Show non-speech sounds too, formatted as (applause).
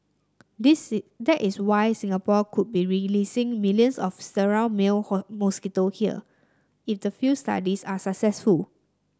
this is that is why Singapore could be releasing millions of sterile male (unintelligible) mosquitoes here if the field studies are successful